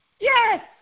Yes